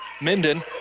Minden